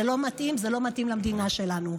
זה לא מתאים, זה לא מתאים למדינה שלנו.